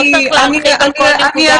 לא צריך להרחיב על כל נקודה,